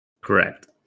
Correct